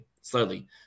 slowly